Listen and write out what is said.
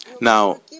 Now